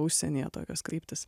užsienyje tokios kryptys